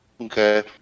Okay